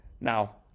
now